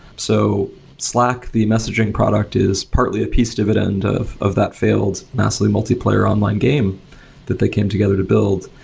so slack, the messaging product, is partly a piece dividend of of that failed massive multiplayer online game that they came together to build.